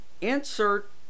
insert